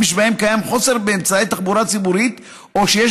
שבהם קיים חוסר באמצעי תחבורה ציבורית או שיש